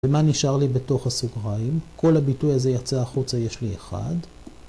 ‫ומה נשאר לי בתוך הסוגריים? ‫כל הביטוי הזה יצא החוצה, יש לי אחד.